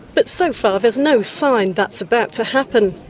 but so far there's no sign that's about to happen.